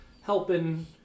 helping